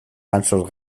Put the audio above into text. gansos